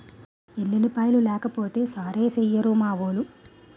ఎల్లుల్లిపాయలు లేకపోతే సారేసెయ్యిరు మావోలు